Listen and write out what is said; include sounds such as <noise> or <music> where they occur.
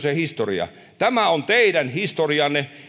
<unintelligible> se historia tämä on teidän historianne